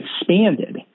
expanded